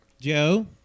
Joe